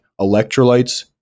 electrolytes